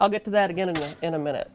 i'll get to that again in a minute